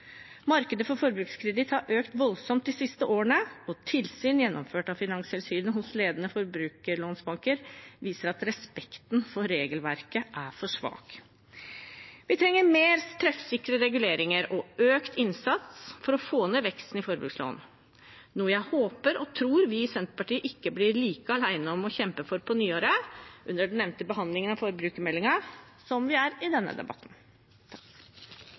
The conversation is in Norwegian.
Markedet for forbrukskreditt har økt voldsomt de siste årene, og tilsyn gjennomført av Finanstilsynet hos ledende forbrukerlånsbanker viser at respekten for regelverket er for svak. Vi trenger mer treffsikre reguleringer og økt innsats for å få ned veksten i forbrukslån, noe jeg håper og tror vi i Senterpartiet ikke blir like alene om å kjempe for på nyåret, under den nevnte behandlingen av forbrukermeldingen, som vi er i denne debatten.